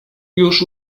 już